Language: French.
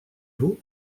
vous